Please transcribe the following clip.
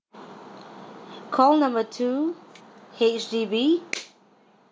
call number two H_D_B